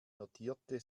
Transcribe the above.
notierte